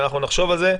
ואנחנו נחשוב על זה,